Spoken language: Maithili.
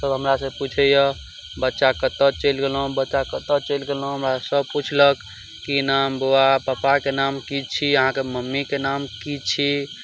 सब हमरा सब पूछैया बच्चा कतऽ चलि गेलहुॅं बच्चा कतऽ चलि गेलहुॅं हमरा सब पुछलक की नाम बौआ पप्पाके नाम की छी अहाँके मम्मीके नाम की छी